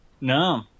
no